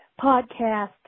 Podcast